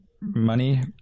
money